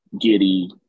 Giddy